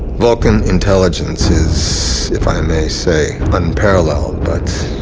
vulcan intelligence is, if i may say, unparalleled, but.